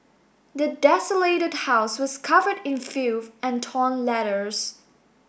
the desolated house was covered in filth and torn letters